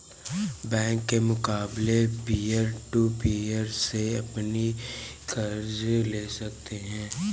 bank के मुकाबले peer to peer से आसनी से कर्ज ले सकते है